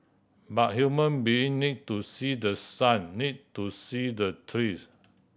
but human being need to see the sun need to see the trees